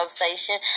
station